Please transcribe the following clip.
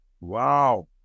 wow